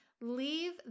leave